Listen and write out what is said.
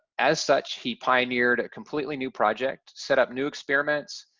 as such, he pioneered a completely new project, set up new experiments,